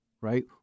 right